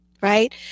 right